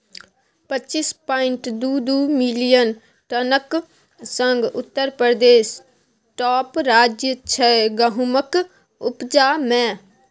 पच्चीस पांइट दु दु मिलियन टनक संग उत्तर प्रदेश टाँप राज्य छै गहुमक उपजा मे